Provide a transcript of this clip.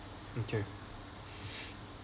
okay